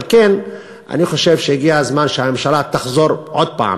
על כן אני חושב שהגיע הזמן שהממשלה תחזור עוד הפעם